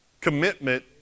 Commitment